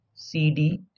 cd